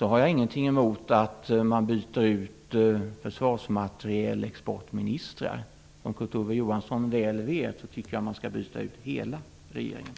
har jag ingenting emot att man byter ut försvarsmaterielexportministrar. Som Kurt Ove Johansson väl vet tycker jag att man skall byta ut hela regeringen.